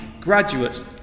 graduates